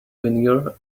vinegar